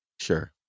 sure